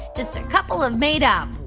just a couple of made-up